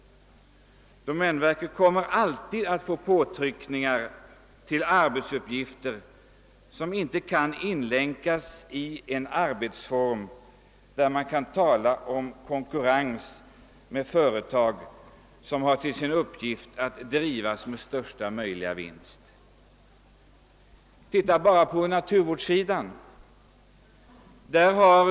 Domänverket kommer alltid att få påtryckningar om att ta på sig arbetsuppgifter som inte kan inlänkas i en arbetsform, där man konkurrerar med företag som har till sin uppgift att drivas med största möjliga vinst. Se bara på naturvårdssidan!